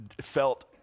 felt